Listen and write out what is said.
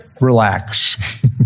Relax